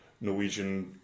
Norwegian